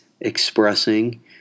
expressing